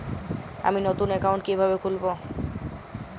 আমি নতুন অ্যাকাউন্ট কিভাবে খুলব?